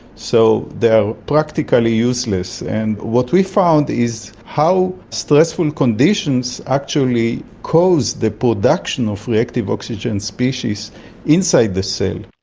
so they are practically useless. and what we found is how stressful conditions actually cause the production of reactive oxygen species inside the cell.